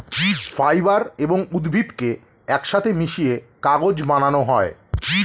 fibre এবং উদ্ভিদকে একসাথে মিশিয়ে কাগজ বানানো হয়